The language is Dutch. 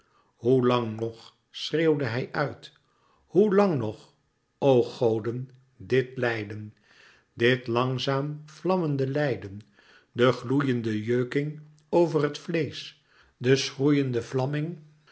hoe làng nog schreeuwde hij uit hoe lang nog o goden dit lijden dit langzaam vlammende lijden de gloeiende jeuking over het vleesch de schroeiende vlamming